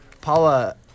Paula